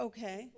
Okay